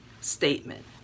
statement